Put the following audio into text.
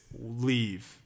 leave